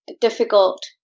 difficult